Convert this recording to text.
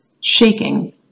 Shaking